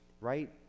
right